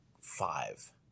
five